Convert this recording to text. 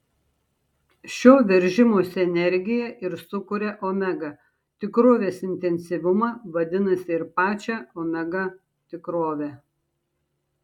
šio veržimosi energija ir sukuria omega tikrovės intensyvumą vadinasi ir pačią omega tikrovę